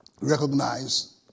recognize